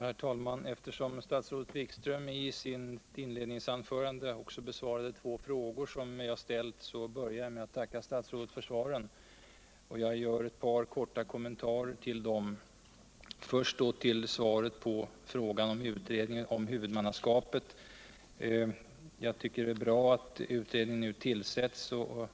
Herr talman! Eftersom statsrådet Wikström i sitt inledningsanförande också besvarade två frågor som jag ställt börjar jag med att tacka statsrådet för svaren. och jag gör ett par korta kommentarer till dem. Jag tycker det är bra att utredningen nu tillsätts.